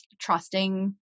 trusting